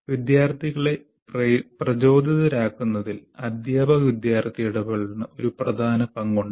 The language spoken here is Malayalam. വിദ്യാർത്ഥികളെ പ്രചോദിതരാക്കുന്നതിൽ അധ്യാപക വിദ്യാർത്ഥി ഇടപെടലിന് ഒരു പ്രധാന പങ്കുണ്ട്